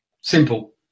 simple